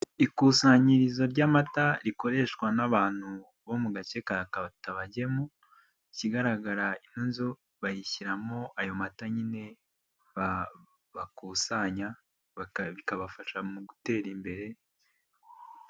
Ikusanyirizo ry'amata rikoreshwa n'abantu bo mu gace ka Katabagemu, ikigaragara ino inzu bayishyiramo ayo mata nyine bakusanya, bikabafasha mu gutera imbere.